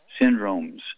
syndromes